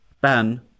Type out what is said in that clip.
ban